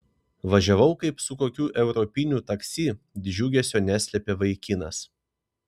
važiavau kaip su kokiu europiniu taksi džiugesio neslėpė vaikinas